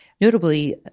notably